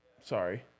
Sorry